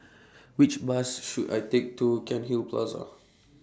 Which Bus should I Take to Cairnhill Plaza